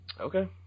Okay